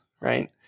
Right